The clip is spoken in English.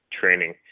training